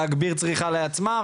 להגביר צריכה לעצמם,